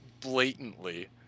blatantly